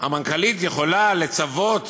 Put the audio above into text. שהמנכ"לית יכולה לצוות